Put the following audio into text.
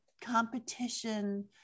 competition